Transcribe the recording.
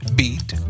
beat